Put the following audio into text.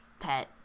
pet